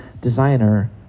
designer